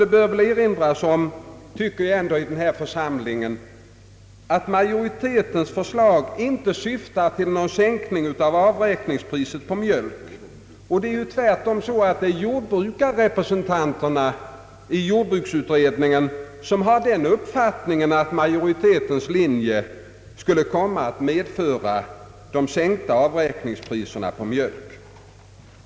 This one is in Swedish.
Det bör väl i den här församlingen erinras om att majoritetens förslag inte syftar till någon sänkning av avräkningspriset på mjölk. Det är tvärtom så att det är jordbrukarrepresentanterna i =: jordbruksutredningen som har den uppfattningen att majoritetens linje skulle komma att medföra sänkta avräkningspriser på mjölk.